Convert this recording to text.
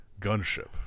gunship